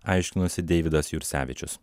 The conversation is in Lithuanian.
aiškinosi deividas jursevičius